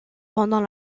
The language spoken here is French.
pendant